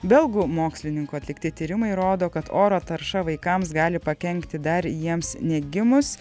belgų mokslininkų atlikti tyrimai rodo kad oro tarša vaikams gali pakenkti dar jiems negimus